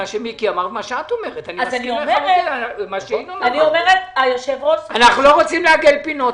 אנחנו לא רוצים לעגל פינות.